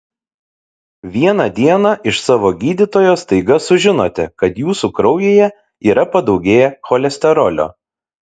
vieną dieną iš savo gydytojo staiga sužinote kad jūsų kraujyje yra padaugėję cholesterolio